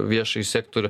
viešąjį sektorių